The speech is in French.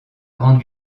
grande